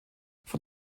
von